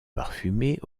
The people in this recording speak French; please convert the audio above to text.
parfumées